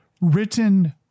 written